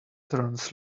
turns